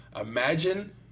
Imagine